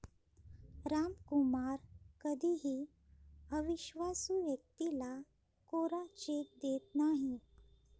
रामकुमार कधीही अविश्वासू व्यक्तीला कोरा चेक देत नाही